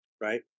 right